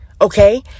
okay